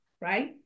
right